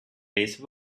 base